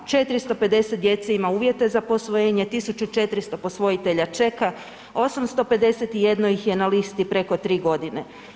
450 djece ima uvjete za posvojenje, 1400 posvojitelja čeka, 851 ih je na listi preko 3 godine.